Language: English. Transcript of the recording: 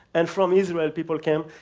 and from israel people came,